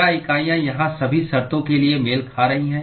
क्या इकाइयाँ यहाँ सभी शर्तों के लिए मेल खा रही हैं